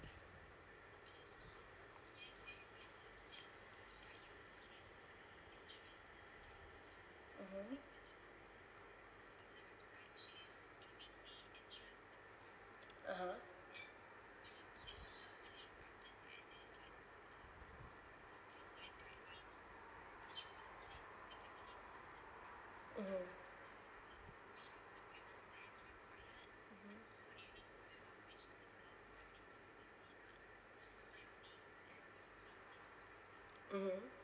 mmhmm (uh huh) mmhmm mmhmm mmhmm